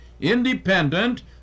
independent